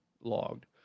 logged